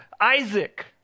Isaac